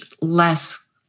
less